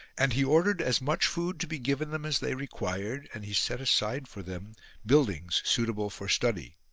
and he ordered as much food to be given them as they required, and he set aside for them buildings suitable for study.